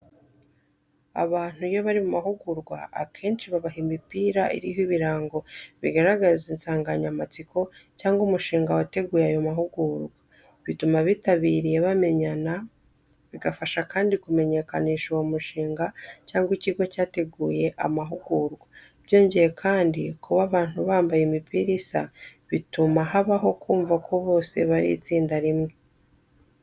Abantu iyo bari mu mahugurwa, akenshi babaha imipira iriho ibirango bigaragaza insanganyamatsiko cyangwa umushinga wateguye ayo mahugurwa. Bituma abitabiriye bamenyana, bigafasha kandi kumenyekanisha uwo mushinga cyangwa ikigo cyateguye amahugurwa, byongeye kandi kuba abantu bambaye imipira isa bituma habaho kumva ko bose ari itsinda rimwe.